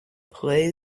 play